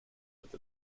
with